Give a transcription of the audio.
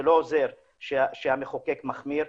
זה לא עוזר שהמחוקק מחמיר,